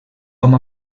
com